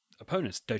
opponents